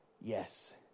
yes